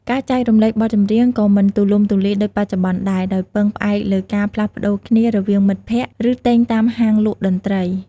ការចែករំលែកបទចម្រៀងក៏មិនទូលំទូលាយដូចបច្ចុប្បន្នដែរ ដោយពឹងផ្អែកលើការផ្លាស់ប្តូរគ្នារវាងមិត្តភក្តិ ឬទិញតាមហាងលក់តន្ត្រី។